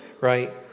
right